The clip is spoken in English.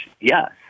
Yes